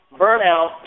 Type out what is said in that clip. burnout